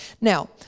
now